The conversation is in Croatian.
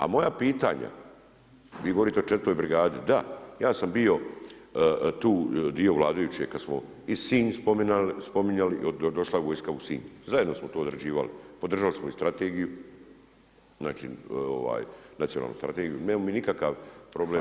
A moja pitanja, vi govorite o 4 brigati, da ja sam bio, tu dio vladajuće, kad smo tu i Sinj spominjali, došla vojska u Sinj, zajedno smo to odrađivali, održali smo i strategiju, znači nacionalnu strategiju, nemamo mi nikakav problem.